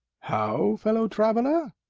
how, fellow-traveller?